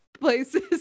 places